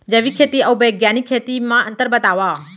जैविक खेती अऊ बैग्यानिक खेती म अंतर बतावा?